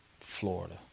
florida